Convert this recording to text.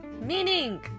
Meaning